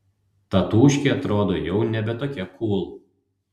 tatūškė atrodo jau nebe tokia kūl